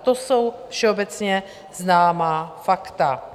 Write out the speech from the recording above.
To jsou všeobecně známá fakta.